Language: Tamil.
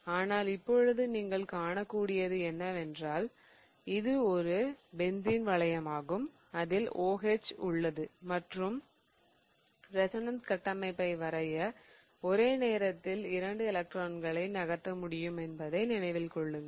ஆனால் இப்போது நீங்கள் காணக்கூடியது என்னவென்றால் இது ஒரு பென்சீன் வளையமாகும் அதில் OH உள்ளது மற்றும் ரெசோனன்ஸ் கட்டமைப்பை வரைய ஒரே நேரத்தில் இரண்டு எலக்ட்ரான்களை நகர்த்த முடியும் என்பதை நினைவில் கொள்ளுங்கள்